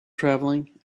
traveling